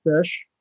fish